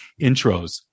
intros